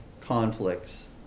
conflicts